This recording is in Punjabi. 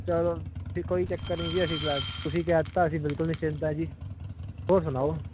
ਚਲੋ ਜੀ ਕੋਈ ਚੱਕਰ ਨਹੀਂ ਜੀ ਅਸੀਂ ਤੁਸੀਂ ਕਹਿ ਤਾਂ ਅਸੀਂ ਬਿਲਕੁਲ ਨਿਸ਼ਚਿੰਤ ਹੈ ਜੀ ਹੋਰ ਸੁਣਾਓ